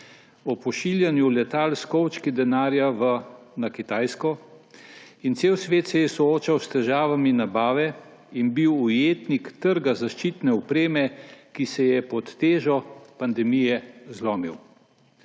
o pošiljanju letal s kovčki denarja na Kitajsko. Ves svet se je soočal s težavami nabave in bil ujetnik trga zaščitne opreme, ki se je pod težo pandemije zlomil.